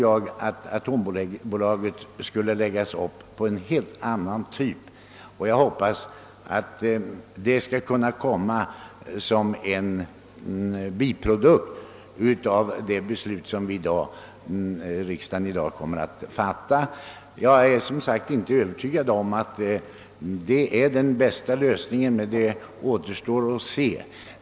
Jag hoppas att detta skall bli en biprodukt av det beslut riksdagen i dag kommer att fatta. Jag är inte övertygad om att vad som här föreslås är den bästa lösningen men det återstår att se.